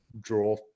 draw